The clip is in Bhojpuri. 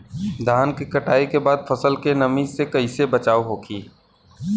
धान के कटाई के बाद फसल के नमी से कइसे बचाव होखि?